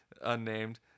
unnamed